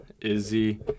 Izzy